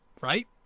Right